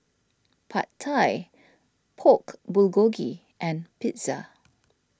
Pad Thai Pork Bulgogi and Pizza